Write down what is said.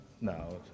now